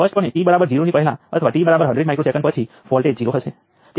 આપણા સર્કિટને સોલ્વ કરવા માટે આપણે કયા સિદ્ધાંતોનો ઉપયોગ કરીએ છીએ